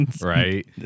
Right